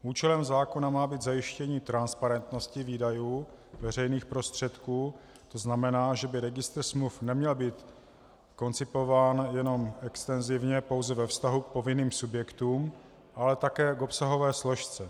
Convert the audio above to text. Účelem zákona má být zajištění transparentnosti výdajů veřejných prostředků, tzn. že by registr smluv neměl být koncipován jen extenzivně pouze ve vztahu k povinným subjektům, ale také k obsahové složce.